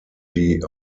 die